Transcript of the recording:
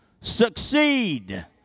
succeed